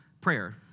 prayer